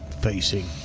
facing